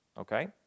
Okay